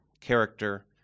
character